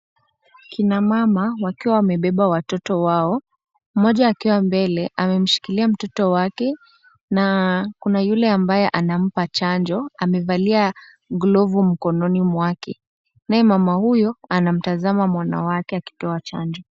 Kina mama wakiwa wamebeba watoto wao. Mmoja akiwa mbele, amemshikilia mtoto wake na kuna yule ambaye anampa chanjo. Amevalia glovu mkononi mwake naye mama huyo anamtazama mwana wake akipewa chanjo.